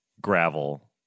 gravel